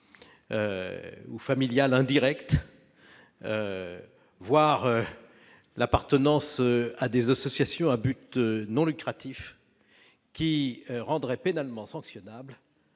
ou familiales Direct voir l'appartenance à des eaux socia Sion à but non lucratif qui rendrait pénalement sanctionnable